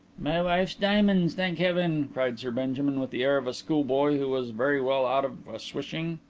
my wife's diamonds, thank heaven! cried sir benjamin, with the air of a schoolboy who was very well out of a swishing.